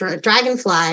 Dragonfly